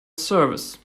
service